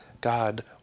God